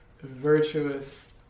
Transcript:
virtuous